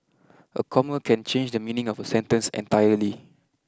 a comma can change the meaning of a sentence entirely